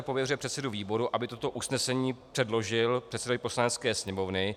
Pověřuje předsedu výboru, aby toto usnesení předložil předsedovi Poslanecké sněmovny.